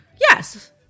Yes